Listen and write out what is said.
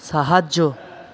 সাহায্য